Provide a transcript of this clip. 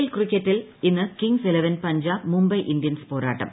L ക്രിക്കറ്റിൽ ഇന്ന് Kings Eleven Punjab Mumbai Indians പോരാട്ടം